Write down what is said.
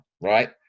right